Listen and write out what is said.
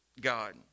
God